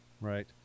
right